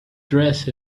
dressed